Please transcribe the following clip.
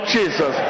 Jesus